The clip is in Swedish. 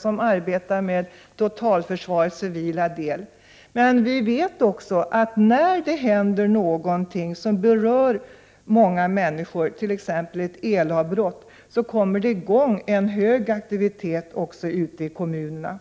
som arbetar med totalförsvarets civila del, kanske skulle önska. Men vi vet också att när det händer någonting som berör många människor, t.ex. ett elavbrott, sätts det i gång en hög aktivitet även ute i kommunerna.